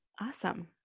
Awesome